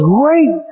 great